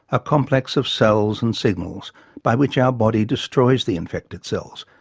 a complex of cells and signals by which our body destroys the infected cells,